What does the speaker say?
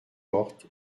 porte